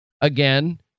again